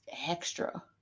extra